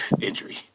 injury